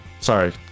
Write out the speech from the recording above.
Sorry